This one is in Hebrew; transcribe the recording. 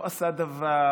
לא עשה דבר,